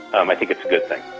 um i think it's a good thing.